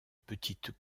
petite